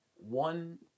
one